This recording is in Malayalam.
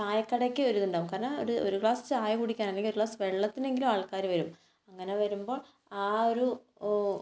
ചായക്കടക്ക് ഒരു ഇതുണ്ടാകും കാരണം ഒരു ഒരു ഗ്ലാസ് ചായ കുടിക്കാൻ അല്ലെങ്കിൽ ഒരു ഗ്ലാസ്സ് വെള്ളത്തിനെങ്കിലും ആൾക്കാർ വരും അങ്ങനെ വരുമ്പോൾ ആ ഒരു ഓ